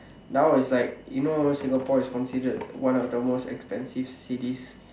now is like you know Singapore is considered one of the most expensive cities